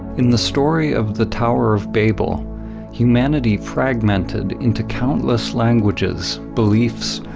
in the story of the tower of babel humanity fragmented into countless languages, beliefs,